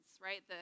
right